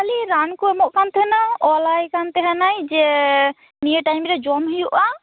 ᱠᱷᱟ ᱞᱤ ᱨᱟᱱᱠᱚ ᱮᱢᱚᱜ ᱠᱟᱱ ᱛᱟᱦᱮᱱᱟ ᱚᱞᱟᱭ ᱠᱟᱱ ᱛᱟᱦᱮᱱᱟᱭ ᱡᱮ ᱱᱤᱭᱟᱹ ᱴᱟᱭᱤᱢᱨᱮ ᱡᱚᱢ ᱦᱩᱭᱩᱜᱼᱟ